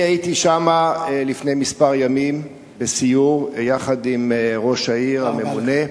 הייתי שם לפני כמה ימים בסיור יחד עם ראש העיר הממונה,